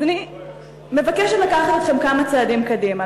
אז אני מבקשת לקחת אתכם כמה צעדים קדימה,